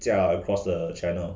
驾 across the channel